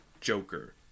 joker